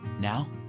Now